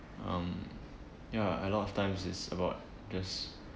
um ya a lot of times it's about just